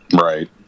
Right